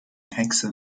hexe